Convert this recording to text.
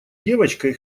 девочкой